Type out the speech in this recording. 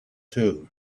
too